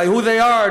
by who they are,